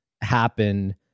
happen